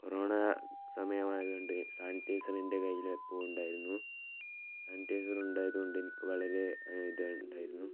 corona സമയമായതുകൊണ്ട് sanitiser എൻ്റെ കയ്യിൽ അപ്പോൾ ഉണ്ടായിരുന്നു സാനിറ്റൈസർ ഉണ്ടായത് കൊണ്ടെനിക്ക് വളരെ ഇതുണ്ടായിരുന്നു